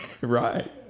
Right